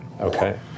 Okay